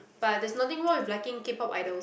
but there's nothing wrong with liking K-Pop idols